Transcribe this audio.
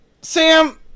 Sam